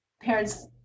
parents